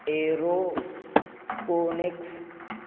arrow